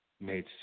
made